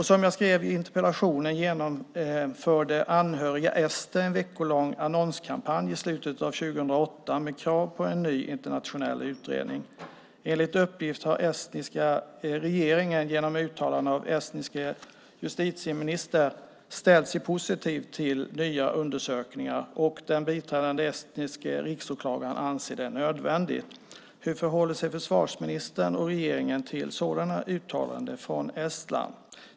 Som jag skrev i interpellationen genomförde anhöriga ester en veckolång annonskampanj i slutet av 2008 med krav på en ny internationell utredning. Enligt uppgift har den estniska regeringen genom uttalanden av den estniske justitieministern ställt sig positiv till nya undersökningar, och den biträdande estniske riksåklagaren anser det nödvändigt. Hur förhåller sig försvarsministern och regeringen till sådana uttalanden från Estland?